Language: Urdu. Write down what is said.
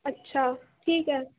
اچّھا ٹھیک ہے